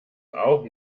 auch